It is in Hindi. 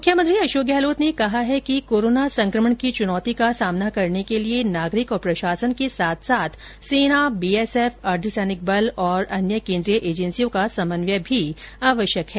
मुख्यमंत्री अशोक गहलोत ने कहा है कि कोरोना संकमण की चुनौती का सामना करने के लिए नागरिक और प्रशासन के साथ साथ सेना बीएसएफ अर्द्वसैनिक बल और अन्य केन्द्रीय एजेन्सियों का समन्वय भी आवश्यक है